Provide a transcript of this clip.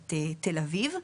אוניברסיטת תל אביב.